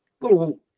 little